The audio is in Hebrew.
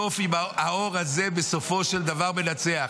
האור הזה בסופו של דבר מנצח.